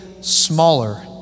smaller